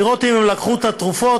לראות אם הם לקחו את התרופות,